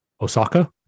Osaka